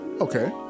Okay